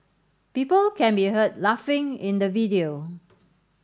people can be heard laughing in the video